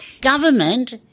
government